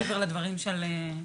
מעבר לדברים של אפרת.